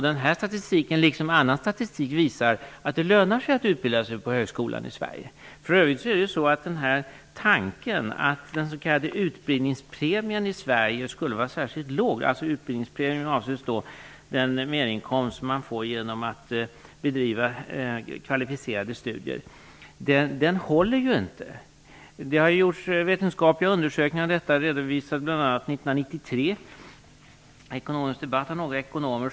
Denna statistik, liksom annan statistik, visar att det lönar sig att utbilda sig på högskolan i Sverige. För övrigt håller inte tanken att den s.k. utbildningspremien i Sverige skulle vara särskilt låg - med utbildningspremie avses då den merinkomst som man får genom att bedriva kvalificerade studier. Det har gjorts vetenskapliga undersökningar om detta, som bl.a. redovisades av några ekonomer i en ekonomisk debatt 1993.